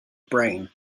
brain